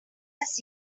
his